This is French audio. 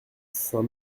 saint